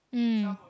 mm